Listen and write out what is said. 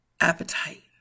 appetite